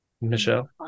Michelle